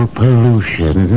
pollution